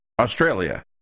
Australia